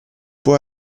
può